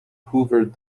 hoovered